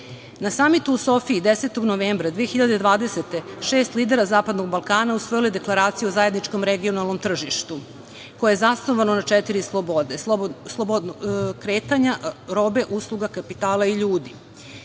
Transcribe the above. Na Samitu u Sofiji 10. novembra 2020. godine šest lidera Zapadnog Balkana usvojilo je Deklaraciju o zajedničkom regionalnom tržištu, koje je zasnovano na četiri slobode – slobodi kretanja robe, usluga, kapitala i ljudi.